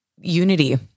unity